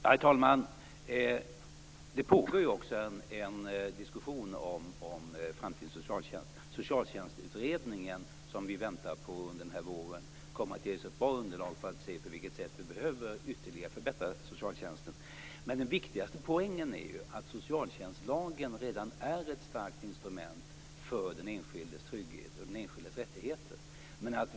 Herr talman! Det pågår en diskussion om framtidens socialtjänst. Vi väntar på att Socialtjänstutredningen skall bli färdig med sitt arbete under våren. Den kommer att ge oss ett bra underlag för att se på vilket sätt vi ytterligare behöver förbättra socialtjänsten. Men den viktigaste poängen är ju att socialtjänstlagen redan är ett starkt instrument för den enskildes trygghet och rättigheter.